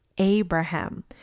Abraham